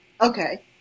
Okay